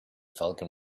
falcon